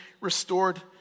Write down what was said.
restored